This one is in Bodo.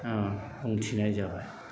बुंथिनाय जाबाय